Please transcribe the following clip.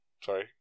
Sorry